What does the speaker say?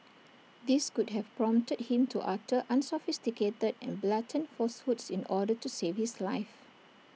this could have prompted him to utter unsophisticated and blatant falsehoods in order to save his life